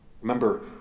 Remember